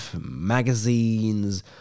magazines